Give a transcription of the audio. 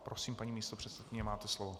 Prosím, paní místopředsedkyně, máte slovo.